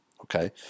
Okay